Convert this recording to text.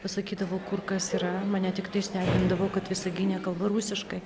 pasakydavo kur kas yra mane tiktai stebindavo kad visagine kalba rusiškai